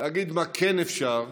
להגיד מה כן אפשר,